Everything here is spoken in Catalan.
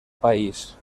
país